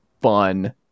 fun